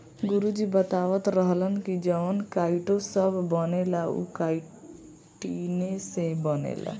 गुरु जी बतावत रहलन की जवन काइटो सभ बनेला उ काइतीने से बनेला